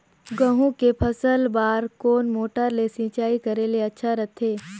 गहूं के फसल बार कोन मोटर ले सिंचाई करे ले अच्छा रथे?